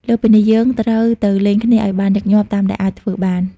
លើសពីនេះ យើងត្រូវទៅលេងគ្នាឲ្យបានញឹកញាប់តាមដែលអាចធ្វើបាន។